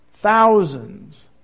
thousands